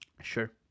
Sure